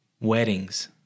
weddings